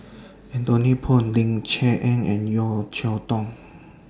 Anthony Poon Ling Cher Eng and Yeo Cheow Tong